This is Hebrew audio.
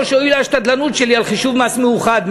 שהועילה השתדלנות שלי על חישוב מס מאוחד,